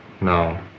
No